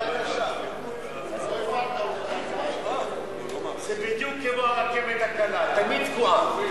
זה בדיוק כמו הרכבת הקלה, תמיד תקועה.